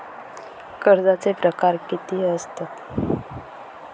कर्जाचे प्रकार कीती असतत?